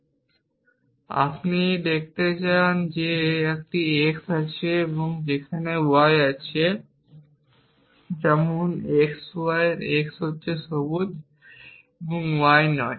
এবং আপনি দেখাতে চান যে একটি x আছে সেখানে একটি y আছে যেমন x y এবং x হচ্ছে সবুজ y নয়